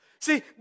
See